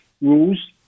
rules